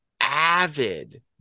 avid